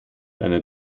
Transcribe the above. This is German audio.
einer